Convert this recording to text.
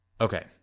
okay